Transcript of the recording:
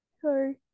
sorry